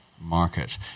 market